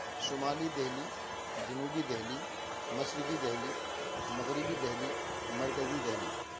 شمالی دہلی جنوبی دہلی مشرقی دہلی مغربی دہلی مرکزی دہلی